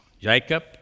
Jacob